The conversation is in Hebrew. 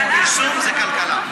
עישון זה כלכלה.